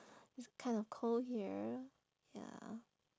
it's kind of cold here ya